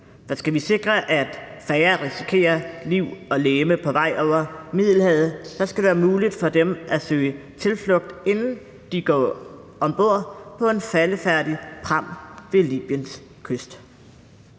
og skal vi sikre, at færre risikerer liv og legeme på vej over Middelhavet, så skal det være muligt for dem at søge tilflugt, inden de går om bord på en faldefærdig pram ved Libyens kyst.